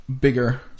bigger